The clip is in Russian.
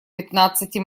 пятнадцати